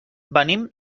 venim